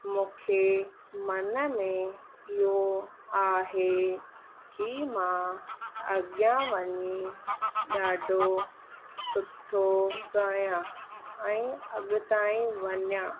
मूंखे मन में इहो आहे की मां अॻियां वञी ॾाढो सुठो ॻायां ऐं अॻु ताईं वञां